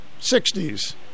60s